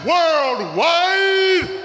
Worldwide